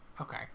okay